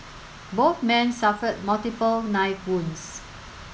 both men suffered multiple knife wounds